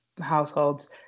households